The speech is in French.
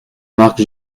marc